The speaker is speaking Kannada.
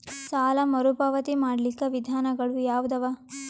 ಸಾಲ ಮರುಪಾವತಿ ಮಾಡ್ಲಿಕ್ಕ ವಿಧಾನಗಳು ಯಾವದವಾ?